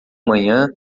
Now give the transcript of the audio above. manhã